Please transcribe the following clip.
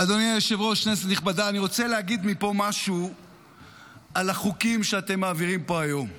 אני רוצה להגיד מפה משהו על החוקים שאתם מעבירים פה היום: